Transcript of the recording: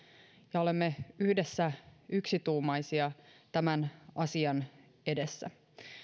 ja olemme yhdessä yksituumaisia tämän asian edessä